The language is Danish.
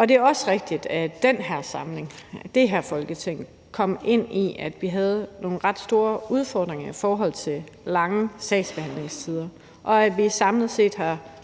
Det er også rigtigt, at vi i den her samling og at det her Folketing kom ud i, at vi havde nogle ret store udfordringer i forhold til lange sagsbehandlingstider, og at vi samlet set har